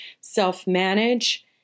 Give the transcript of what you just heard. self-manage